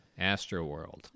Astroworld